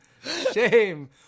shame